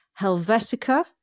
Helvetica